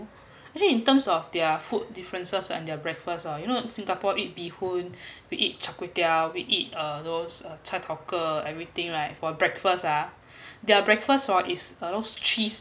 actually in terms of their food differences and their breakfast oh you know singapore eat bee hoon we eat char kway teow we eat uh those uh cha tao ge everything right for breakfast ah their breakfast hor uh those cheese